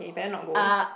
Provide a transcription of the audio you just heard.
eh you better not go